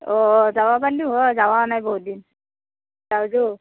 অ' যাব পাৰিলো হয় যোৱা নাই বহুত দিন যাওঁ যো